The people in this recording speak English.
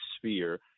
sphere